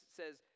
says